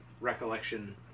recollection